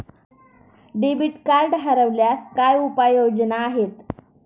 Debit card हरवल्यास काय उपाय योजना आहेत?